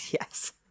Yes